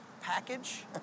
package